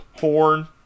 horn